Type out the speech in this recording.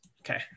Okay